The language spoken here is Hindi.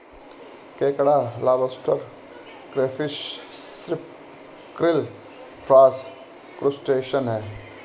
केकड़ा lobster crayfish shrimp krill prawns crustacean है